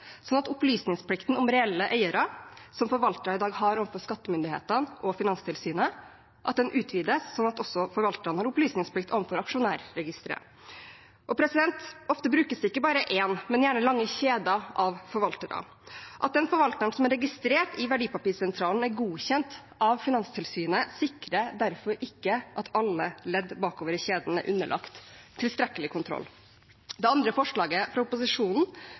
at opplysningsplikten om reelle eiere, som forvaltere i dag har overfor skattemyndigheter og Finanstilsynet, utvides slik at forvalterne også har opplysningsplikt overfor aksjonærregisteret». Ofte brukes det ikke bare én, men gjerne lange kjeder av forvaltere. At den forvalteren som er registrert i Verdipapirsentralen, er godkjent av Finanstilsynet, sikrer derfor ikke at alle ledd bakover i kjeden er underlagt tilstrekkelig kontroll. Det andre forslaget fra opposisjonen